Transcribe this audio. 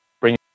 bring